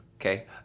okay